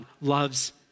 loves